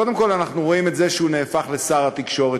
קודם כול אנחנו רואים את זה שהוא נהפך לשר התקשורת,